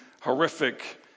horrific